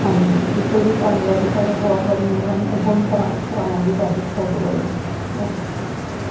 ਹਾਂਜੀ ਬਿਲਕੁਲ ਜੀ ਧੰਨਵਾਦ ਜੀ ਤੁਹਾਡਾ ਬਹੁਤ ਬਹੁਤ ਮਿਹਰਬਾਨੀ ਅੱਗੋਂ ਵੀ ਕਰਾ ਕਰਾਵਾਂਗੇ ਕੈਬ ਬੁੱਕ ਤੁਹਾਡੇ ਕੋਲੋਂ ਹੀ ਓਕੇ